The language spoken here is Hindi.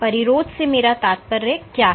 परिरोध से मेरा क्या तात्पर्य है